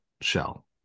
shell